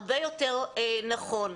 הרבה יותר נכון.